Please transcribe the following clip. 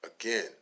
Again